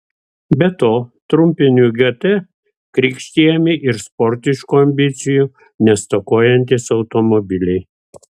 be to trumpiniu gt krikštijami ir sportiškų ambicijų nestokojantys automobiliai